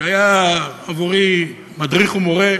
שהיה עבורי מדריך ומורה,